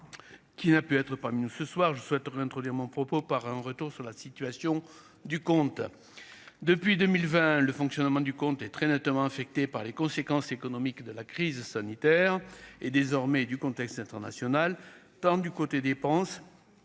qui n'a pu être parmi nous ce soir, je souhaite réintroduire mon propos par un retour sur la situation du compte depuis 2020, le fonctionnement du compte et très nettement affecté par les conséquences économiques de la crise sanitaire et désormais du contexte international, tant du côté dépenses